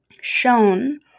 shown